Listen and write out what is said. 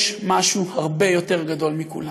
יש משהו הרבה יותר גדול מכולנו,